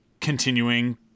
continuing